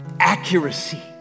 Accuracy